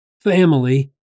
family